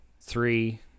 three